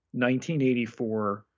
1984